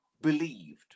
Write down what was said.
believed